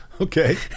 Okay